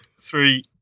three